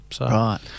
Right